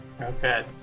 Okay